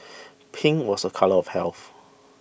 pink was a colour of health